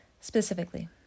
specifically